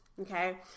Okay